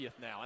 now